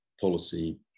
policy